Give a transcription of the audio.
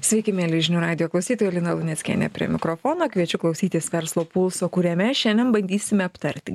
sveiki mieli žinių radijo klausytojai lina luneckienė prie mikrofono kviečiu klausytis verslo pulso kuriame šiandien bandysime aptarti